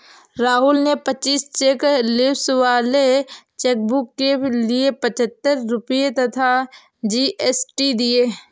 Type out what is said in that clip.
राहुल ने पच्चीस cheque leaves वाले चेकबुक के लिए पच्छत्तर रुपये तथा जी.एस.टी दिए